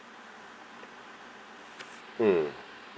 mm mm